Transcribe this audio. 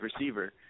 receiver